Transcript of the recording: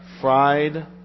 fried